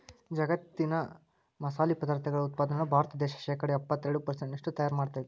ಜಗ್ಗತ್ತಿನ ಮಸಾಲಿ ಪದಾರ್ಥಗಳ ಉತ್ಪಾದನೆಯೊಳಗ ಭಾರತ ದೇಶ ಶೇಕಡಾ ಎಪ್ಪತ್ತೆರಡು ಪೆರ್ಸೆಂಟ್ನಷ್ಟು ತಯಾರ್ ಮಾಡ್ತೆತಿ